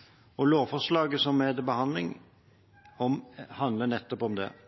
og det er viktig å støtte dem i disse beslutningene. Lovforslaget som er til behandling, handler om nettopp dette.